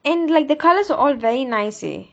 and like the colours are all very nice eh